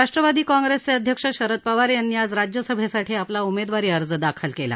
राष्ट्रवादी काँग्रेसचे अध्यक्ष शरद पवार यांनी आज राज्यसभेसाठी आपला उमेदवारी अर्ज दाखल केला